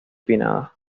pinnadas